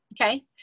Okay